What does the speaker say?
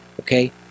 okay